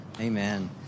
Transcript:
Amen